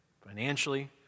financially